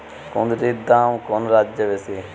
কুঁদরীর দাম কোন রাজ্যে বেশি?